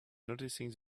noticing